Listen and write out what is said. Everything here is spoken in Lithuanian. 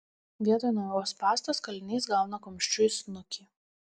vietoj naujos pastos kalinys gauna kumščiu į snukį